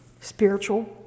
spiritual